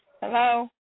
Hello